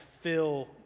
fill